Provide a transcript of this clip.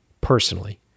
personally